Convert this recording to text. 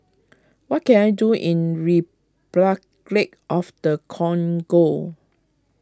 what can I do in Repuclic of the Congo